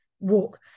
walk